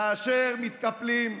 כאשר מתקפלים,